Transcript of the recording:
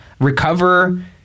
recover